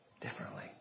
differently